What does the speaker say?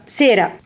sera